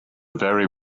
very